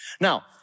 Now